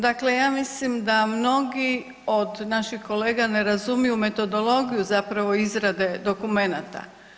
Dakle ja mislim da mnogi od naših kolega ne razumiju metodologiju zapravo izgrade dokumenata.